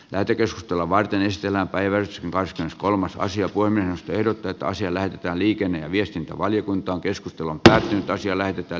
lähetekeskustelua varten esillä päiväys raskens kolmas asia kuin minusta ehdotetaan siellä liikenne ja viestintävaliokuntaan keskustella nämä pystytään toteuttamaan